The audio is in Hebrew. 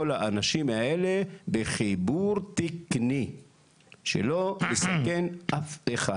האנשים האלה לחיבור תקני שלא יסכן אף אחד.